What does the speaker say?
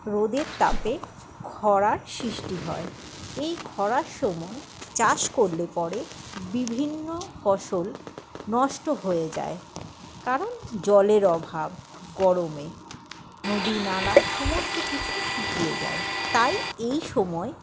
রোদের তাপে ক্ষরার সৃষ্টি হয় এই ক্ষরার সময় চাষ করলে পরে বিভিন্ন ফসল নষ্ট হয়ে যায় কারণ জলের অভাব গরমে নদী নালা সমস্ত কিছু শুকিয়ে যায় তাই এই সময়